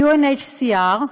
UNHCR,